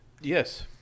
Yes